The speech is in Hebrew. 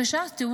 חשבתי,